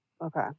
Okay